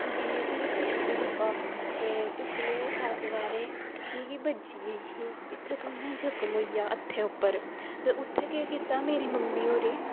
जियां कि पिछली दफा पिछले ऐतवारें मिकी बज्जी गेई ही इत्थें थोह्ड़े नेहा जख्म होई गेआ हा हत्थै उप्पर ते उत्थें केह् कीता मेरी मम्मी होरें